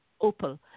opal